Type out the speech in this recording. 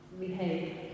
Behave